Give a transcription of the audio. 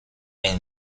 and